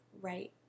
right